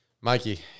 Mikey